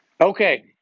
Okay